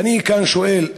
ואני כאן שואל,